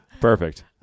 Perfect